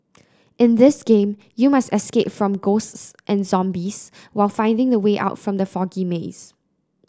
in this game you must escape from ghosts and zombies while finding the way out from the foggy maze